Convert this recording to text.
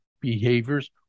Behaviors